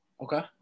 Okay